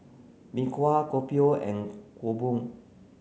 Mee Kuah Kopi O and Kuih Bom